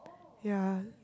ya